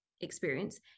experience